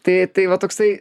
tai tai va toksai